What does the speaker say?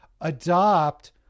adopt